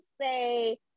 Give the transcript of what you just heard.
say